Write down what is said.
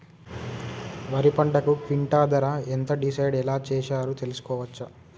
వరి పంటకు క్వింటా ధర ఎంత డిసైడ్ ఎలా చేశారు తెలుసుకోవచ్చా?